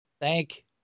Thank